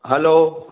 hello